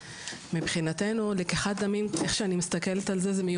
מבחינתנו לקיחת דמים זה מיומנות,